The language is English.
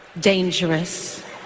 dangerous